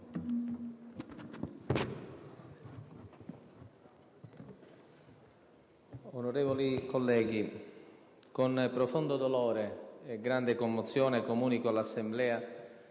Onorevoli colleghi, con profondo dolore e grande commozione, comunico all'Assemblea